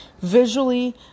visually